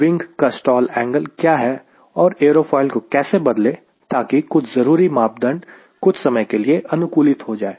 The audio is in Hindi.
विंग का स्टॉल एंगल क्या है और एरोफोइल को कैसे बदले ताकि कुछ जरूरी मापदंड कुछ समय के लिए अनुकूलित हो जाए